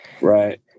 Right